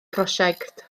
prosiect